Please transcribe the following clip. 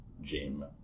gym